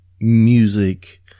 music